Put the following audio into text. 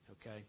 Okay